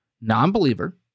non-believer